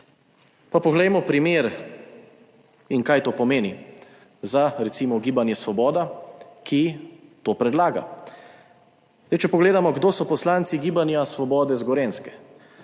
Pa poglejmo primer in kaj to pomeni za recimo Gibanje Svoboda, ki to predlaga. Zdaj, če pogledamo, kdo so poslanci Gibanja svobode z Gorenjske.